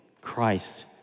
Christ